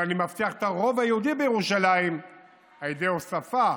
אבל אני מבטיח את הרוב היהודי בירושלים על ידי הוספה